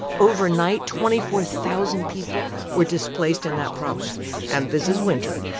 overnight, twenty four thousand people were displaced in that province. and this is winter.